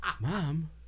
Mom